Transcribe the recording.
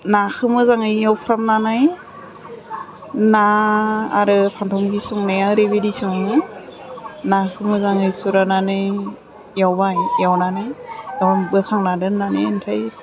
नाखौ मोजाङै एवफ्रामनानै ना आरो फान्थाव मिखि संनाया ओरैबायदि सङो नाखौ मोजाङै सुरानानै एवबाय एवनानै बोखांना दोन्नानै ओमफ्राय